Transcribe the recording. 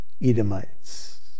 Edomites